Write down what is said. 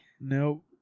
Nope